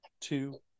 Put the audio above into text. two